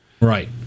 Right